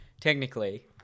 Technically